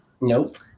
Nope